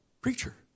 preacher